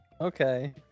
okay